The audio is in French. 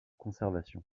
conservation